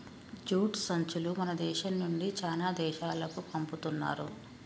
jute సంచులు మన దేశం నుండి చానా దేశాలకు పంపుతున్నారు